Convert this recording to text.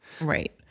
Right